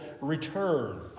return